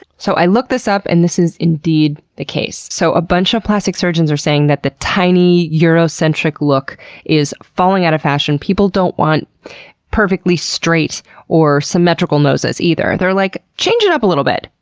so i looked this up and that is indeed the case. so, a bunch of plastic surgeons are saying that the tiny, eurocentric look is falling out of fashion. people don't want perfectly straight or symmetrical noses either. they're like, change it up a little bit.